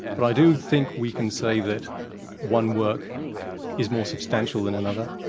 but i do think we can say that one work is more substantial than another,